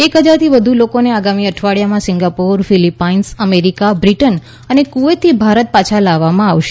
એક ફજારથી વધુ લોકોને આગામી અઠવાડીયામાં સિંગાપોર ફીલીપાઇન્સ અમેરીકા બ્રિટન અને કુવૈતથી ભારત પાછા લાવવામાં આવશે